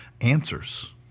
answers